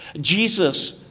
Jesus